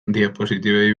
diapositibei